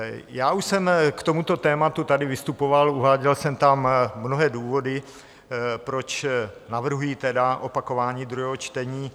Já už jsem k tomuto tématu tady vystupoval, uváděl jsem tam mnohé důvody, proč navrhuji opakování druhého čtení.